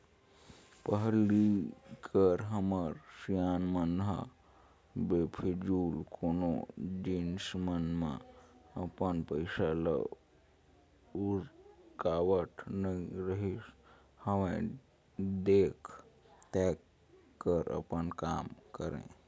पहिली कर हमर सियान मन ह बेफिजूल कोनो जिनिस मन म अपन पइसा ल उरकावत नइ रिहिस हवय देख ताएक कर अपन काम करय